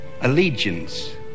allegiance